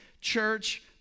church